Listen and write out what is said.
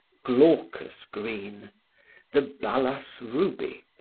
glaucous green the balas ruby,